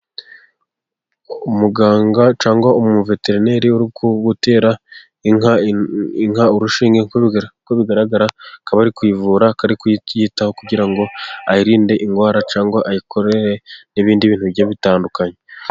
Umuganga cyangwa umuveterineri uri gutera inka urushinge kuko bigaragara akaba ari kuyivura, ari kuyitiyitaho kugira ngo ayirinde indwara cyangwa ayikorere n'ibindi bintu bigiye bitandukanye.